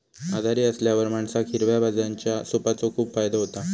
आजारी असल्यावर माणसाक हिरव्या भाज्यांच्या सूपाचो खूप फायदो होता